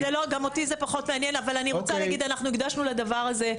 גם אותי זה פחות מעניין אבל הקדשנו לדבר הזה,